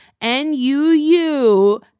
N-U-U